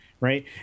Right